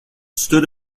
stood